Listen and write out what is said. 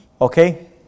Okay